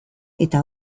eta